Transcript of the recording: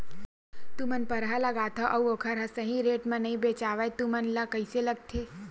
तू मन परहा लगाथव अउ ओखर हा सही रेट मा नई बेचवाए तू मन ला कइसे लगथे?